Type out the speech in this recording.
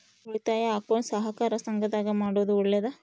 ಉಳಿತಾಯ ಅಕೌಂಟ್ ಸಹಕಾರ ಸಂಘದಾಗ ಮಾಡೋದು ಒಳ್ಳೇದಾ?